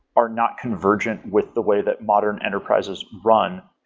are not convergent with the way that modern enterprises run.